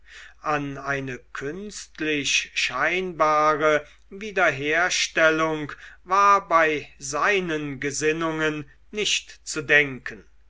an eine künstlich scheinbare wiederherstellung war bei seinen gesinnungen nicht zu denken